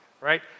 right